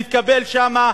התקבל שם,